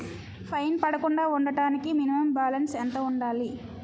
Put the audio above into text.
Fine పడకుండా ఉండటానికి minimum balance ఎంత ఉండాలి?